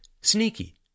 sneaky